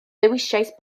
dewisais